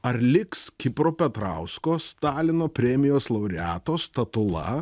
ar liks kipro petrausko stalino premijos laureato statula